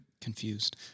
Confused